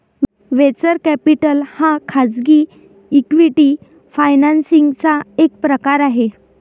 venture capital हा खाजगी equity financing चा एक प्रकार आहे